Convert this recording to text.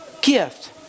gift